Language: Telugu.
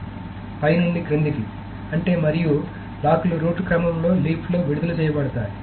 కాబట్టి పై నుండి క్రిందికి అంటే మరియు లాక్ లు రూట్ క్రమంలో లీఫ్ లో విడుదల చేయబడతాయి